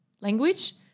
language